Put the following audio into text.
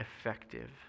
effective